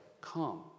come